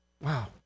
Wow